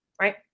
right